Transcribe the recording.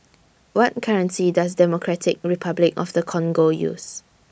What currency Does Democratic Republic of The Congo use